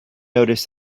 noticed